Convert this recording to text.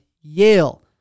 Yale